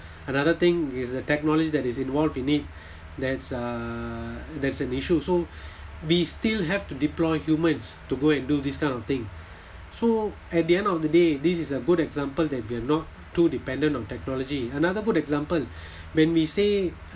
another thing is the technology that is involved in it that's uh that's an issue so we still have to deploy humans to go and do this kind of thing so at the end of the day this is a good example that we are not too dependent on technology another good example when we say